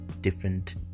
different